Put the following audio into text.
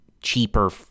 cheaper